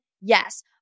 Yes